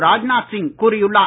ராஜ்நாத் சிங் கூறியுள்ளார்